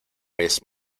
vez